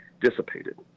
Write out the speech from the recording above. dissipated